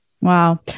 Wow